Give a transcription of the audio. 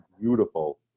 beautiful